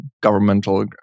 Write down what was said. governmental